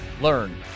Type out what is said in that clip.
learn